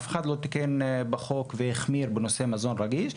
אף אחד לא תיקן בחוק והחמיר בנושא מזון רגיש,